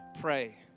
pray